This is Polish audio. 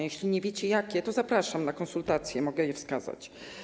Jeśli nie wiecie jakie, to zapraszam na konsultacje, mogę je wskazać.